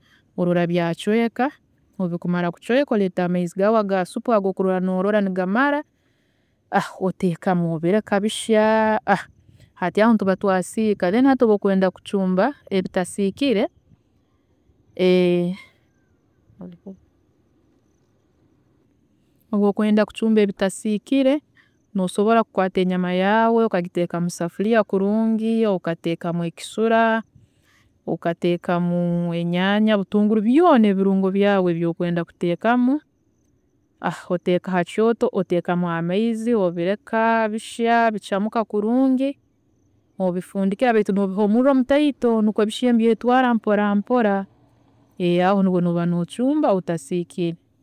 Orola byacweeka obu bikumara kucweeka oreeta amaizi gaawe ga soup agu okurola nigamara, oteekamu obireka bishya. hati aho nituba twasiika, then hati obu okwenda kucumba ebitasiikire, obu okwenda kucumba ebitasiikire, nosobola kukwata enyama yaawe okagiteeka musafuriya kurungi, okateekamu ekisula, okateekamu enyanya butunguru, byoona ebirungo byawe ebi okwenda kuteekamu, oteeka ha kyooto, oteekamu amaizi obireka bishya bicamuka kurungi obifundikira, baitu nobiha omurro mutaito nikwe bishye nibyetwaara mpora mpora, aho nibwe nooba nocumba ebitasiikire